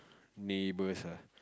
neighbors ah